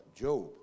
Job